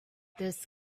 this